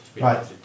Right